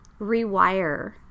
rewire